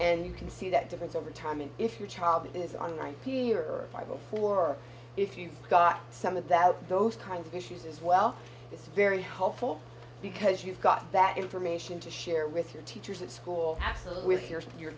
and you can see that difference over time and if your child is on my period or my before if you've got some of that those kinds of issues as well it's very hopeful because you've got that information to share with your teachers at school absolutely with your your